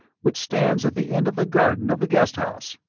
which stands at the end of the garden of the guest house.